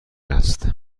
است